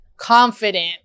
confident